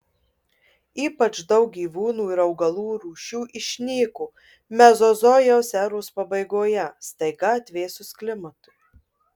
ypač daug gyvūnų ir augalų rūšių išnyko mezozojaus eros pabaigoje staiga atvėsus klimatui